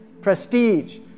prestige